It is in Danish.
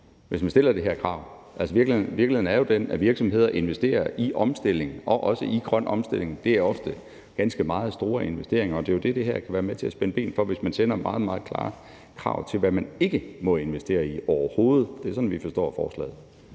hvis man stiller det her krav. Altså, virkeligheden er jo den, at virksomheder investerer i omstilling, og også i grøn omstilling. Det er ofte ganske store investeringer, og det er det, det her kan være med til at spænde ben for, hvis man stiller meget, meget klare krav til, hvad man ikke må investere i, overhovedet. Det er sådan, vi forstår forslaget.